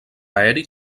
aeri